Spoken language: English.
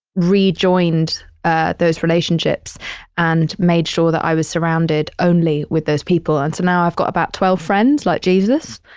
rejoined ah those relationships and made sure that i was surrounded only with those people. and so now i've got about twelve friends like jesus.